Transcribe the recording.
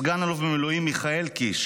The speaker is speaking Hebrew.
סגן-אלוף במילואים מיכאל (מייק) קיש,